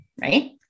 right